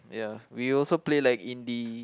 ya we also play like indie